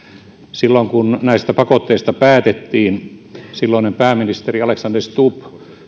silloin kun näistä pakotteista päätettiin silloinen pääministeri alexander stubb